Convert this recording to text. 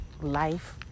life